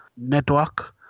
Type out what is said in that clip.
network